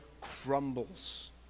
crumbles